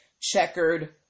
checkered